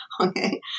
okay